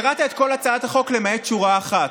קראת את כל הצעת החוק למעט שורה אחת: